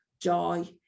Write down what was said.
joy